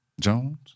Jones